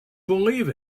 believe